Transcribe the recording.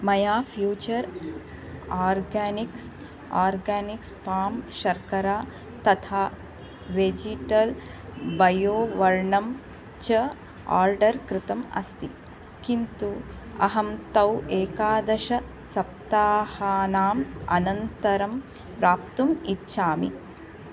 मया future organics organics palm शर्करा तथा वेजिटल् बयो वर्णम् च आर्डर् कृतम् अस्ति किन्तु अहं तौ एकादशसप्ताहानाम् अनन्तरं प्राप्तुम् इच्छामि